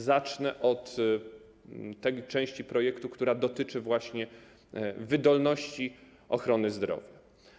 Zacznę od tej części projektu, która dotyczy wydolności ochrony zdrowia.